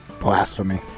Blasphemy